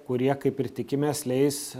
kurie kaip ir tikimės leis